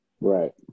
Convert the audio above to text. Right